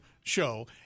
show